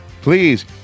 please